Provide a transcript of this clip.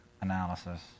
analysis